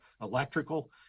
electrical